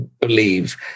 believe